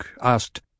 asked